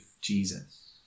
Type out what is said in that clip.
Jesus